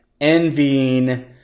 envying